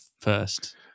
first